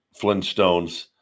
Flintstones